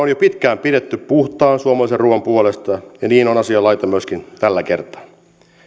on jo pitkään pidetty puhtaan suomalaisen ruuan puolesta ja niin on asianlaita myöskin tällä kertaa